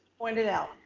pointed out.